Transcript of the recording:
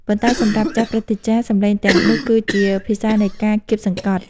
ប៉ុន្តែសម្រាប់ចាស់ព្រឹទ្ធាចារ្យ សម្លេងទាំងនោះគឺជា ភាសានៃការគាបសង្កត់ ។